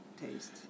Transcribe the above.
Taste